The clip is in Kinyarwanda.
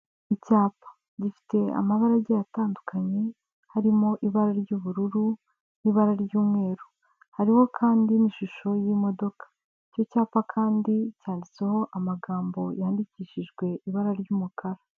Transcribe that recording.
Icyapa gifite amabara agiye atandukanye harimo ibara ry'ubururu n'ibara ry'umweru hariho kandi n'ishusho y'imodoka icyo cyapa kandi cyanditseho amagambo yandikishijwe ibara ry'umukara.